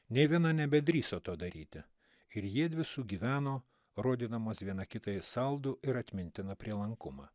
nė viena nebedrįso to daryti ir jiedvi sugyveno rodydamos viena kitai saldų ir atmintiną prielankumą